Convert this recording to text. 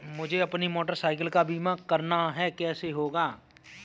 मुझे अपनी motorcycle का बीमा करना है कैसे होगा?